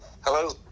Hello